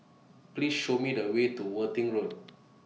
Please Show Me The Way to Worthing Road